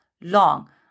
long